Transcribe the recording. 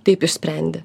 taip išsprendė